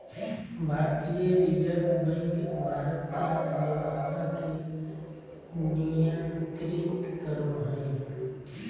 भारतीय reserve bank Bharat के अर्थव्यवस्था के नियन्त्रित करो हइ